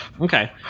Okay